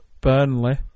Burnley